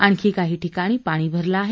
आणखी काही ठिकाणी पाणी भरलं आहे